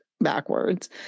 backwards